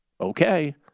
okay